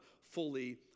fully